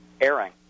airing